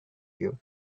you